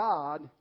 God